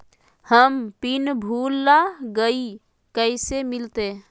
हम पिन भूला गई, कैसे मिलते?